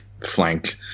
flank